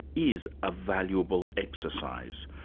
is a valuable exercise.